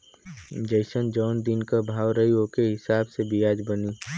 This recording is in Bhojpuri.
जइसन जौन दिन क भाव रही ओके हिसाब से बियाज बनी